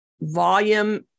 volume